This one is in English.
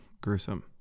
gruesome